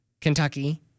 Kentucky